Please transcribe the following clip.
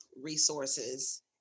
resources